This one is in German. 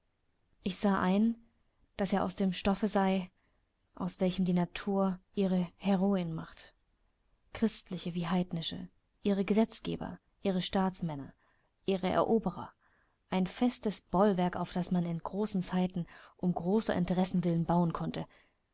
ich sah ein daß er aus dem stoffe sei aus welchem die natur ihre heroen macht christliche wie heidnische ihre gesetzgeber ihre staatsmänner ihre eroberer ein festes bollwerk auf das man in großen zeiten um großer interessen willen bauen konnte